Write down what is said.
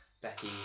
Becky